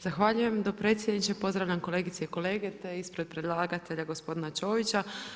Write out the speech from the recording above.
Zahvaljujem dopredsjedniče, pozdravljam kolegice i kolege te ispred predlagatelja gospodina Čovića.